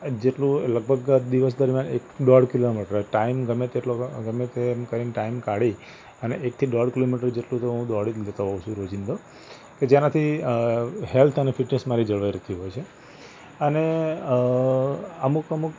જેટલું લગભગ દિવસ દરમિયાન એક દોઢ કિલોમીટર ટાઈમ ગમે તેટલો ગમે તેમ કરીને ટાઈમ કાઢી અને એકથી દોઢ કિલોમીટર જેટલું હું દોડી જ લેતો હોઉં છું રોજિંદુ કે જેનાથી હૅલ્થ અને ફિટનેસ મારી જળવાઈ રહેતી હોય છે અને અમુક અમુક